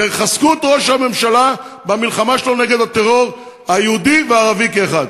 תחזקו את ראש הממשלה במלחמה שלו נגד הטרור היהודי והערבי כאחד.